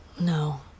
No